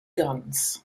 guns